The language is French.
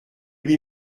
lui